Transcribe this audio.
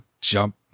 jump